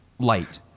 Light